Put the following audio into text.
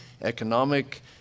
economic